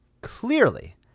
clearly